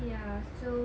ya so